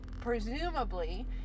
presumably